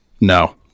No